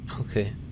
Okay